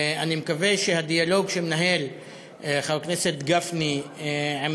אני מקווה שהדיאלוג שמנהל חבר הכנסת גפני עם